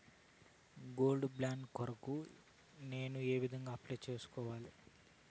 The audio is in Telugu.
గోల్డ్ బాండు కొరకు నేను ఏ విధంగా అప్లై సేసుకోవాలి?